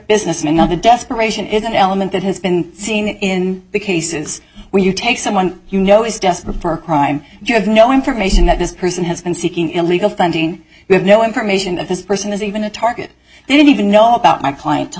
business and now the desperation is an element that has been seen in the cases where you take someone you know is desperate for a crime you have no information that this person has been seeking illegal funding you have no information that this person is even a target they didn't even know about my client